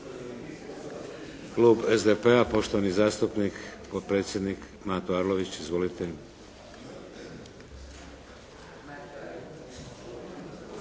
Klub SDP-a, poštovani zastupnik potpredsjednik Mato Arlović. Izvolite.